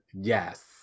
Yes